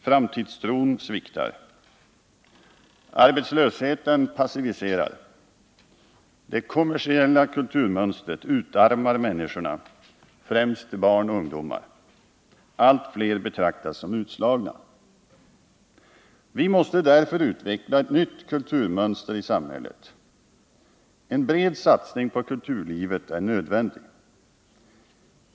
Framtidstron sviktar. Arbetslösheten passiviserar. Det kommersiella kulturmönstret utarmar människorna, främst barn och ungdomar. Allt fler betraktas som utslagna. Vi måste därför utveckla ett nytt kulturmönster i samhället. En bred satsning på kulturlivet är nödvändig.